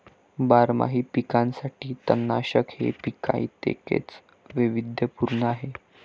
बारमाही पिकांसाठी तणनाशक हे पिकांइतकेच वैविध्यपूर्ण आहे